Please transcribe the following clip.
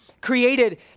created